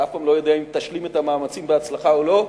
אתה אף פעם לא יודע אם תשלים את המאמצים בהצלחה או לא,